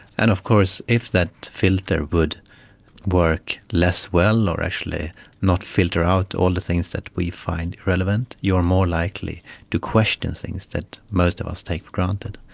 and of course if that filter would work less well or actually not filter out all the things that we find relevant, you are more likely to question things that most of us take for granted.